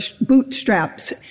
bootstraps